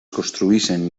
construeixen